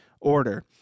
order